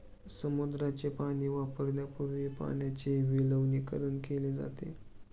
समुद्राचे पाणी वापरण्यापूर्वी पाण्याचे विलवणीकरण केले जाते